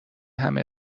همه